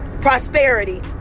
prosperity